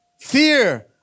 Fear